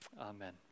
Amen